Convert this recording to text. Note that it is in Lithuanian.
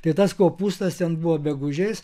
tai tas kopūstas ten buvo be gūžės